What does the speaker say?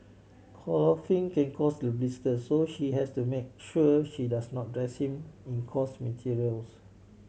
clothing can cause the blisters so she has to make sure she does not dress him in coarse materials